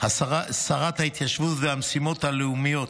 שרת ההתיישבות והמשימות הלאומיות